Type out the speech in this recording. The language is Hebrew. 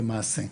למעשה.